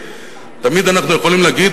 תמיד אנחנו יכולים להגיד,